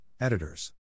Editors